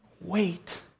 Wait